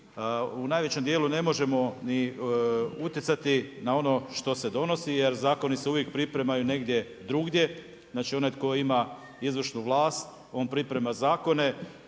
u najvećem dijelu ne možemo ni utjecati na ono što se donosi jer zakoni se uvijek pripremaju negdje drugdje, znači onaj koji ima izvršnu vlast, on priprema zakone.